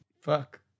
Fuck